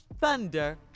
Thunder